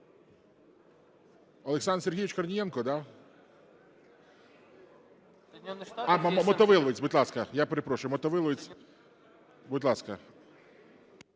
Олександр Сергійович Корнієнко, да? Мотовиловець, будь ласка. Я перепрошую. Мотовиловець, будь ласка.